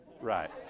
Right